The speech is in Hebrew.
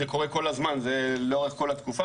זה קורה כל הזמן לאורך כל התקופה,